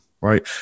right